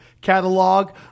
catalog